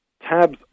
Tabs